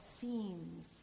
seems